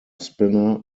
spinner